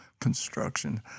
construction